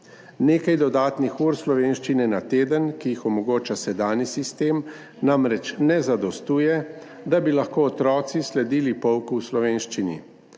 Nekaj dodatnih ur slovenščine na teden, ki jih omogoča sedanji sistem, namreč ne zadostuje, da bi lahko otroci sledili pouku v slovenščini.